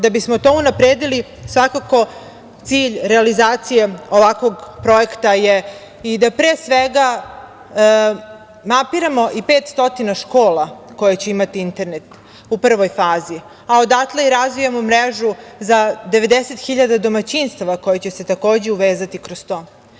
Da bismo to unapredili, svakako cilj realizacije ovakvog projekta je i da pre svega mapiramo 500 škola koje će imati internet u prvoj fazi, a odatle i razvijamo mrežu za 90.000 domaćinstava koje će se takođe uvezati kroz to.